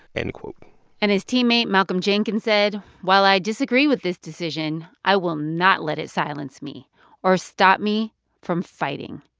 end quote and his teammate malcolm jenkins said, while i disagree with this decision, i will not let it silence me or stop me from fighting